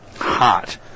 hot